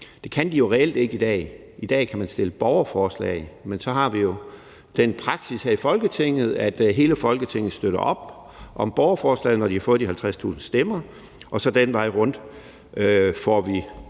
Det kan de jo reelt ikke i dag. I dag kan man stille borgerforslag. Men så har vi jo her i Folketinget den praksis, at hele Folketinget støtter op om borgerforslag, når de har fået de 50.000 stemmer, og at vi så den vej rundt får